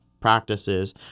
practices